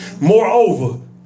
Moreover